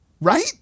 Right